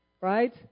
right